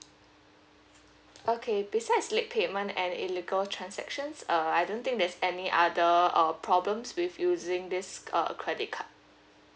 okay besides late payment and illegal transactions uh I don't think there's any other uh problems with using this uh credit card